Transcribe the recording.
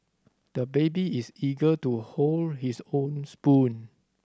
the baby is eager to hold his own spoon